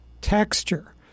texture